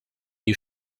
you